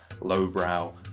lowbrow